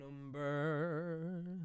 Number